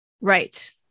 Right